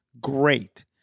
great